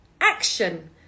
action